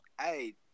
Hey